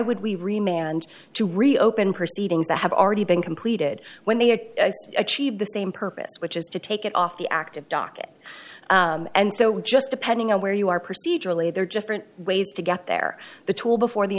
would we remain and to reopen proceedings that have already been completed when they achieve the same purpose which is to take it off the active docket and so just depending on where you are procedurally there just aren't ways to get there the tool before the